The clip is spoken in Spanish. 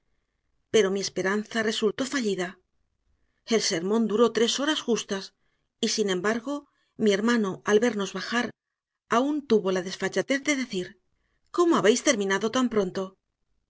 pero mi esperanza resultó fallida el sermón duró tres horas justas y sin embargo mi hermano al vernos bajar aún tuvo la desfachatez de decir cómo habéis terminado tan pronto